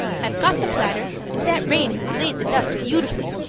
i've got the platter, and that rain has laid the dust beautifully.